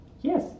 Yes